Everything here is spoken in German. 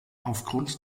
aufgrund